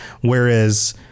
whereas